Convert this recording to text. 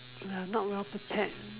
uh not well prepared uh